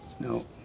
No